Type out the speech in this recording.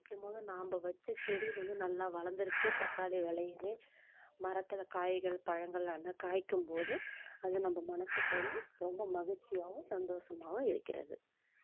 வைக்கிம்போது நாம்ம வச்ச செடி வந்து நல்லா வளர்ந்துருக்கே தக்காளி விளையிது மரத்தில் காய்கள் பழங்கள் ஆனால் காய்க்கும்போது அது நம்ம மனதுக்கு வந்து ரொம்ப மகிழ்ச்சியாகவும் சந்தோஷமாகவும் இருக்கிறது